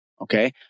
Okay